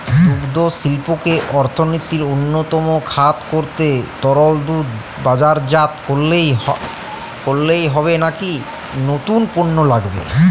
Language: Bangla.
দুগ্ধশিল্পকে অর্থনীতির অন্যতম খাত করতে তরল দুধ বাজারজাত করলেই হবে নাকি নতুন পণ্য লাগবে?